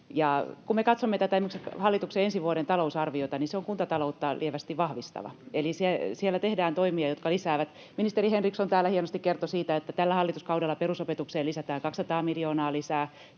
esimerkiksi hallituksen ensi vuoden talousarviota, se on kuntataloutta lievästi vahvistava, eli siellä tehdään toimia, jotka lisäävät... Ministeri Henriksson täällä hienosti kertoi siitä, että tällä hallituskaudella perusopetukseen lisätään 200 miljoonaa lisää,